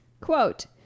quote